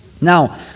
Now